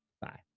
Bye